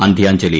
അന്ത്യാഞ്ജലി